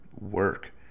work